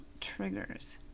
triggers